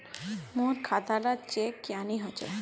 मोर खाता डा चेक क्यानी होचए?